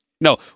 No